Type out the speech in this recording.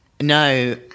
No